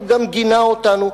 הוא גם גינה אותנו,